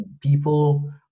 people